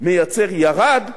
מייצר לא ירד,